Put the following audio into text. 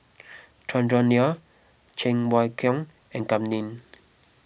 Chandran Nair Cheng Wai Keung and Kam Ning